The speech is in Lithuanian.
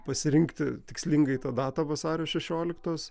pasirinkti tikslingai tą datą vasario šešioliktos